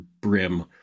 brim